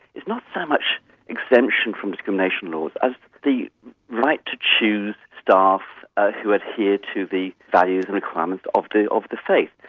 is not so much exemption from discrimination laws, as the right to choose staff ah who adhere to the values and requirements of the of the faith.